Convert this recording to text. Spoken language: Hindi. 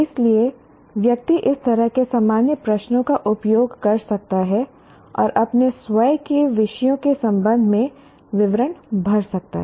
इसलिए व्यक्ति इस तरह के सामान्य प्रश्नों का उपयोग कर सकता है और अपने स्वयं के विषयों के संबंध में विवरण भर सकता है